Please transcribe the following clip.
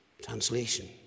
translation